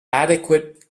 adequate